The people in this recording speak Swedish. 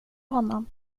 honom